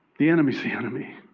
the enemy is the enemy.